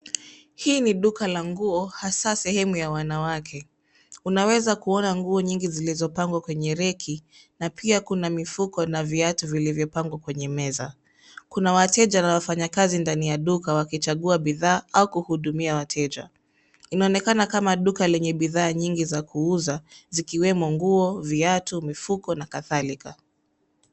Hii ni duka la nguo hasa sehemu ya wanawake. Unaweza kuona nguo nyingi zilizopangwa kwenye reki na pia kuna mifuko na viatu vilivyopangwa kwenye meza. Kuna wateja na wafanyakazi ndani ya duka wakichagua bidhaa au kuhudumia wateja. Inaonekana kama duka lenye bidhaa nyingi za kuuza zikiwemo nguo, viatu, mifuko na kadhalika.